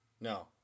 No